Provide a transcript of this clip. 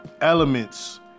elements